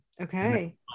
Okay